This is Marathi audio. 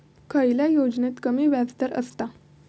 खयल्या योजनेत कमी व्याजदर असता?